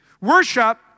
Worship